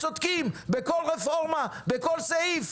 כמו שהיא לא רוצה לצמצם את המכוניות בכבישים.